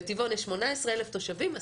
בטבעון יש 18,000 תושבים,